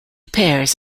pairs